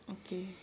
okay